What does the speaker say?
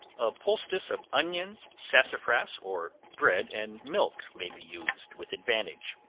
a poultice of onions, sassafras, or bread and milk may be used with advantage.